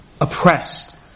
oppressed